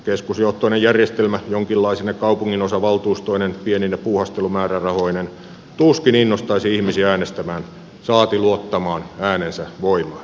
keskusjohtoinen järjestelmä jonkinlaisine kaupunginosavaltuustoineen pienine puuhastelumäärärahoineen tuskin innostaisi ihmisiä äänestämään saati luottamaan äänensä voimaan